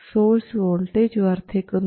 source voltage വർദ്ധിക്കുന്നു